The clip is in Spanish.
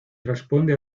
responde